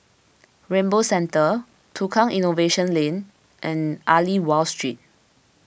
Rainbow Centre Tukang Innovation Lane and Aliwal Street